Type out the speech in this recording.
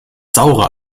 saure